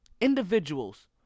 individuals